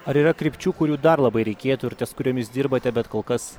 ar yra krypčių kurių dar labai reikėtų ir ties kuriomis dirbate bet kol kas